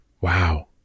wow